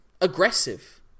Aggressive